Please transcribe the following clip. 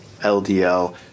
LDL